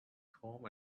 home